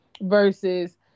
versus